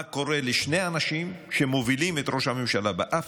מה קורה לשני אנשים שמובילים את ראש הממשלה באף?